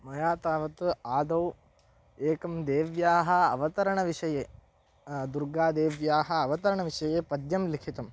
मया तावत् आदौ एकं देव्याः अवतरणविषये दुर्गादेव्याः अवतरणविषये पद्यं लिखितम्